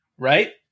right